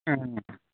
ꯎꯝ